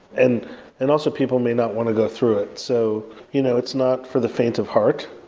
and and also, people may not want to go through it. so you know it's not for the faint of heart.